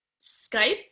Skype